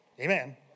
Amen